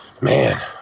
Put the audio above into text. Man